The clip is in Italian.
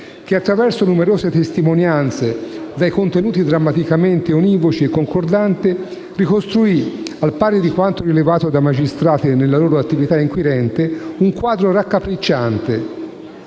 che, attraverso numerose testimonianze dai contenuti drammaticamente univoci e concordanti, ricostruì, al pari di quanto rilevato dai magistrati nella loro attività inquirente, un quadro raccapricciante.